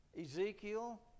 Ezekiel